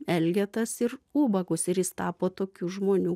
elgetas ir ubagus ir jis tapo tokių žmonių